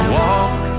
walk